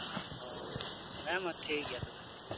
ᱦᱳᱭ ᱦᱮᱸ ᱢᱟ ᱴᱷᱤᱠ ᱜᱮᱭᱟ ᱛᱚᱵᱮ